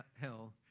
hell